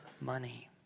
money